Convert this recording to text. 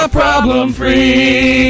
problem-free